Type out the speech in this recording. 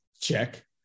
Check